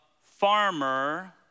farmer